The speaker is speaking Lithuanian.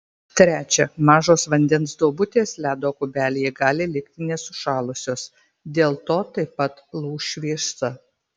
trečia mažos vandens duobutės ledo kubelyje gali likti nesušalusios dėl to taip pat lūš šviesa